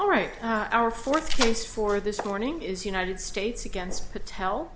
all right our fourth case for this morning is united states against patel